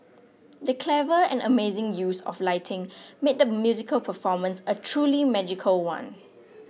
the clever and amazing use of lighting made the musical performance a truly magical one